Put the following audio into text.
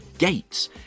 Gates